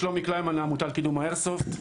שלומי קלימן, העמותה לקידום האיירסופט.